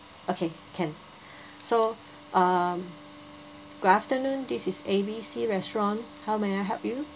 okay can so um good afternoon this is A B C restaurant how may I help you